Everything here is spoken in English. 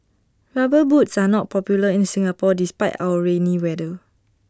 rubber boots are not popular in Singapore despite our rainy weather